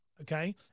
Okay